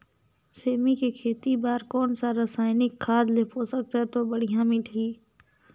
सेमी के खेती बार कोन सा रसायनिक खाद ले पोषक तत्व बढ़िया मिलही?